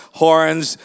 horns